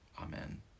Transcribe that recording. Amen